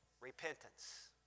Repentance